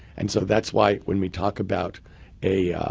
and so that's why, when we talk about a